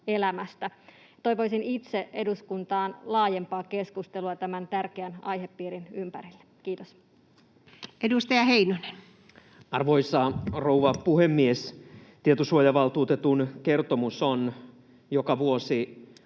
Toivoisin itse eduskuntaan laajempaa keskustelua tämän tärkeän aihepiirin ympärille. — Kiitos. Edustaja Heinonen. Arvoisa rouva puhemies! Tietosuojavaltuutetun kertomus on joka vuosi